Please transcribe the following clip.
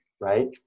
right